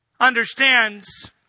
understands